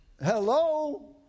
Hello